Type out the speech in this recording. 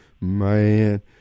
Man